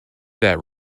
that